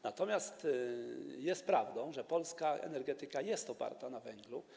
Natomiast jest prawdą, że polska energetyka jest oparta na węglu.